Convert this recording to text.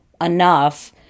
enough